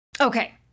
Okay